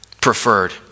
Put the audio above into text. preferred